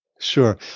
Sure